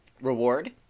reward